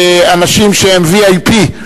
כאנשים שהם VIP,